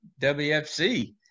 WFC